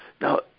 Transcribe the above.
Now